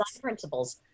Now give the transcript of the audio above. principles